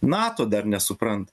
nato dar nesupranta